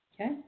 Okay